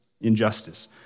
injustice